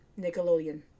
Nickelodeon